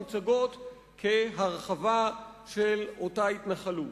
מוצג כהרחבה של אותה התנחלות.